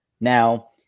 Now